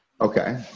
okay